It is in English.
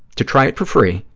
to try it for free,